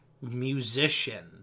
Musician